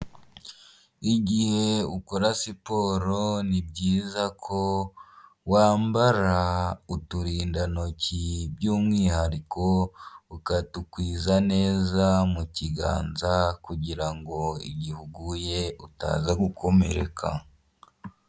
Igihe ukora siporo ni byiza ko wambara uturindantoki by'umwihariko ukatukwiza neza mu kiganza kugira ngo igihugu utaza gukomereka.